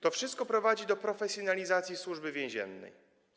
To wszystko prowadzi do profesjonalizacji Służby Więziennej.